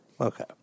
Okay